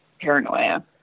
paranoia